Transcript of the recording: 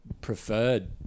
preferred